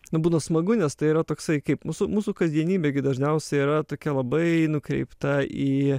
nu būna smagu nes tai yra toksai kaip mūsų mūsų kasdienybė gi dažniausiai yra tokia labai nukreipta į